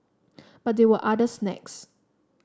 but there were other snags